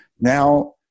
Now